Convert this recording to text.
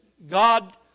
God